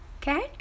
cat